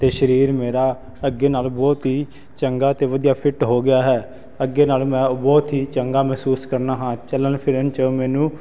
ਅਤੇ ਸਰੀਰ ਮੇਰਾ ਅੱਗੇ ਨਾਲੋਂ ਬਹੁਤ ਹੀ ਚੰਗਾ ਅਤੇ ਵਧੀਆ ਫਿੱਟ ਹੋ ਗਿਆ ਹੈ ਅੱਗੇ ਨਾਲੋਂ ਮੈਂ ਉਹ ਬਹੁਤ ਹੀ ਚੰਗਾ ਮਹਿਸੂਸ ਕਰਨਾ ਹਾਂ ਚੱਲਣ ਫਿਰਨ 'ਚ ਮੈਨੂੰ